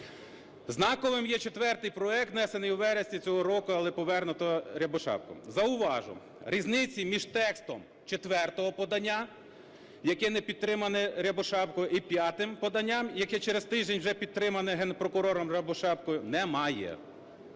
Знаковим є четвертий проект, внесений у вересні цього року, але повернуто Рябошапкою. Зауважу, різниці між текстом четвертого подання, яке не підтримане Рябошапкою, і п'ятим поданням, яке через тиждень вже підтримане Генпрокурором Рябошапкою, немає.